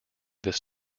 this